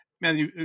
Matthew